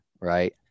right